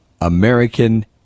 American